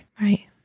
Right